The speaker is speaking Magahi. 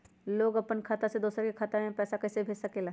लोग अपन खाता से दोसर के खाता में पैसा कइसे भेज सकेला?